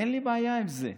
אין לי בעיה עם זה,